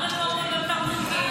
גם רפורמה בתמרוקים,